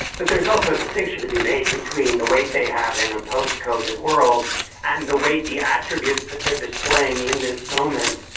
but there's also a distinction to be made between the weight they have in a post covered world and the weight, the attributes that they're displaying in this moment,